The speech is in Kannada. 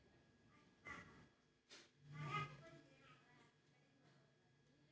ಗ್ರೇಪ್ ಫ್ರೂಟ್ಸ್ ಕಿತ್ತಲೆ ಆಕರವಿದ್ದು ಅತ್ಯಂತ ರುಚಿಕರವಾಗಿರುತ್ತದೆ ಇದನ್ನು ಬೇಕರಿ ತಿನಿಸುಗಳಲ್ಲಿ, ಸಲಡ್ಗಳಲ್ಲಿ ಬಳ್ಸತ್ತರೆ